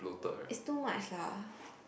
is too much lah